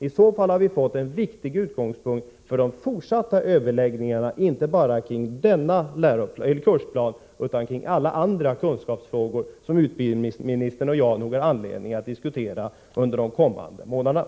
— i så fall har vi fått en viktig utgångspunkt för de fortsatta överläggningarna inte bara om denna kursplan utan om alla andra kunskapsfrågor, som utbildningsministern och jag nog får anledning att diskutera under de kommande månaderna.